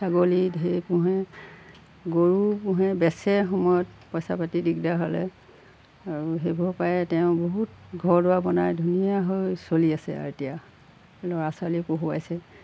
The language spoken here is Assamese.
ছাগলী ঢেৰ পুহে গৰুও পোহে বেচে সময়ত পইচা পাতি দিগদাৰ হ'লে আৰু সেইবোৰৰপৰাই তেওঁ বহুত ঘৰ দুৱাৰ বনাই ধুনীয়া হৈ চলি আছে আৰু এতিয়া ল'ৰা ছোৱালী পঢ়ুৱাইছে